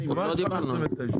עוד לא דיברנו עליהן.